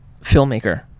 filmmaker